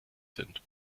sind